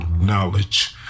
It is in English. knowledge